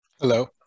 Hello